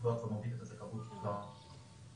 אתמול היינו עם ההצעה וההצעה אושרה בוועדת העבודה.